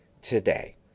today